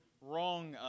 wrong